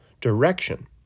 direction